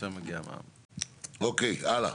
הלאה.